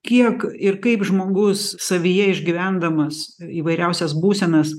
kiek ir kaip žmogus savyje išgyvendamas įvairiausias būsenas